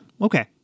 Okay